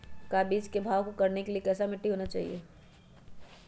का बीज को भाव करने के लिए कैसा मिट्टी होना चाहिए?